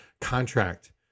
contract